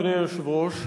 אדוני היושב-ראש,